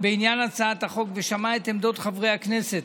בעניין הצעת החוק ושמעה את עמדות חברי הכנסת,